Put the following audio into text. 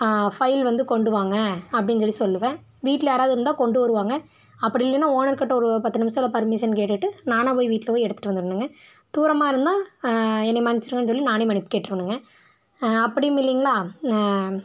file வந்து கொண்டு வாங்க அப்படின் சொல்லி சொல்லுவேன் வீட்டில் யாராவது இருந்தால் கொண்டு வருவாங்க அப்படி இல்லைன்னா ஓனர்கிட்ட ஒரு பத்து நிமிஷம்ல பர்மிஷன் கேட்டுட்டு நானாக போய் வீட்டில் போய் எடுத்துட்டு வந்துடுணுங்க தூரமாக இருந்தால் என்னை மன்னிச்சிருங்கன் சொல்லி நானே மன்னிப்பு கேட்ருவேனுங்க அப்படியும் இல்லைங்களா